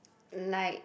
like